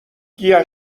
گیاه